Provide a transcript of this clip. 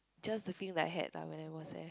just to think I had ah when I was there